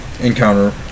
encounter